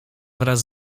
wraz